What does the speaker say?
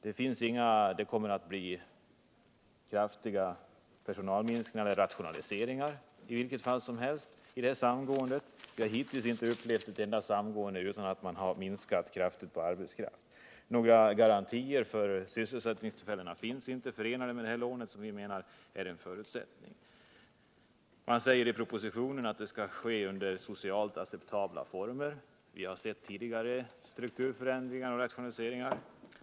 Det kommer i vilket fall som helst att bli kraftiga personalminskningar på grund av rationaliseringar genom detta samgående. Vi har hittills inte upplevt ett enda samgående utan att man har minskat kraftigt på arbetskraften. Några garantier för sysselsättningstillfällena finns inte förenade med detta lån, något som vi menarär en förutsättning. Man säger i propositionen att det skall ske under socialt acceptabla former. Vi har sett tidigare strukturförändringar och rationaliseringar.